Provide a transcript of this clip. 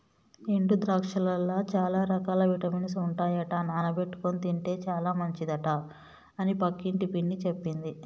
ఎండు ద్రాక్షలల్ల చాల రకాల విటమిన్స్ ఉంటాయట నానబెట్టుకొని తింటే చాల మంచిదట అని పక్కింటి పిన్ని చెప్పింది